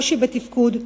הקושי בתפקוד,